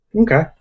Okay